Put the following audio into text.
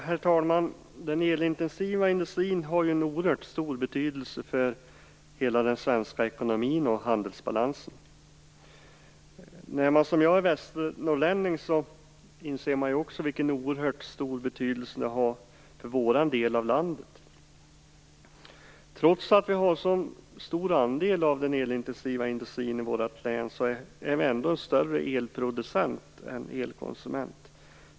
Herr talman! Den elintensiva industrin har en oerhört stor betydelse för hela den svenska ekonomin och handelsbalansen. När man, som jag, är västernorrlänning inser man också vilken oerhört stor betydelse den har för vår del av landet. Trots att vi har så stor andel av den elintensiva industrin i vårt län är vi ändå större elproducent än elkonsument.